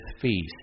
feast